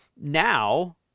Now